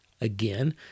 Again